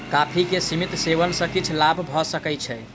coffee के सीमित सेवन सॅ किछ लाभ भ सकै छै